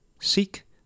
seek